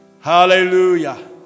Hallelujah